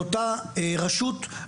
לאותה רשות,